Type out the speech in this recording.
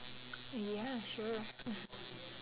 ya sure